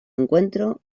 encuentro